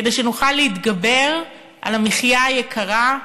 כדי שנוכל להתגבר על המחיה היקרה,